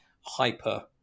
hyper